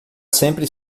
sempre